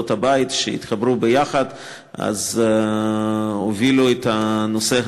הבית שחברו יחד והובילו את הנושא הזה: